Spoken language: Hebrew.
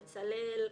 בצלאל,